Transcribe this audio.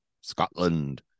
Scotland